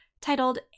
Titled